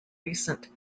recent